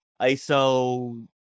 ISO